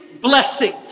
blessing